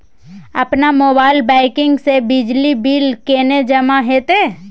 अपन mobile banking से बिजली बिल केने जमा हेते?